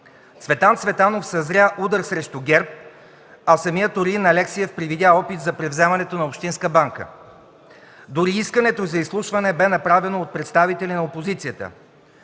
Цветан Цветанов съзря удар срещу ГЕРБ, а самият Орлин Алексиев привидя опит за превземането на общинска банка. Дори искането за изслушване бе направено от представители на опозицията.